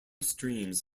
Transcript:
streams